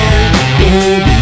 Baby